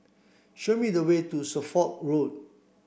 show me the way to Suffolk Road